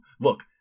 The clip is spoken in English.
Look